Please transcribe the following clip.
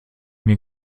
mir